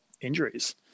injuries